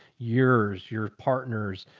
yours, your partners,